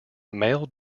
male